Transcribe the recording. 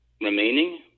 remaining